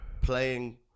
playing